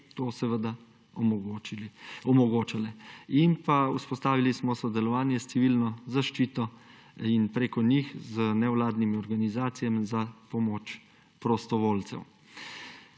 to seveda omogočale. In pa vzpostavili smo sodelovanje s Civilno zaščito in preko njih z nevladnimi organizacijami za pomoč prostovoljcev.